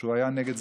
שהוא היה נגד זה,